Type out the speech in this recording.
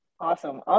awesome